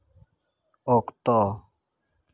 ᱚᱠᱛᱚ